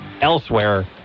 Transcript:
elsewhere